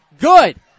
good